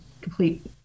complete